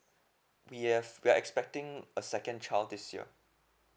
yes we are expecting a second child this year